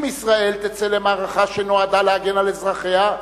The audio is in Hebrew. אם ישראל תצא למערכה שנועדה להגן על אזרחיה,